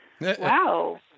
Wow